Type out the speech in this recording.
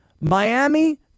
Miami